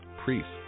priests